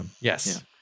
yes